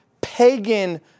pagan